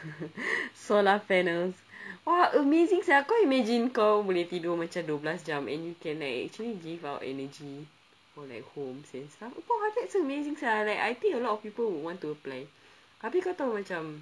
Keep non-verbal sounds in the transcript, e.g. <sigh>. <laughs> solar panels !wah! amazing sia imagine kau boleh tidur macam dua belas jam and you can like actually give out energy for like homes seh aku pun rasa that's amazing [sial] like I think a lot of people will want to apply tapi kau tahu macam